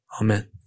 Amen